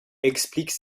explique